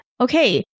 okay